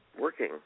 working